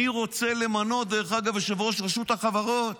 אני, דרך אגב, רוצה למנות את יושב-ראש רשות החברות